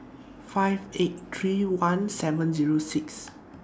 five eight three one seven Zero six